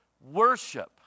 worship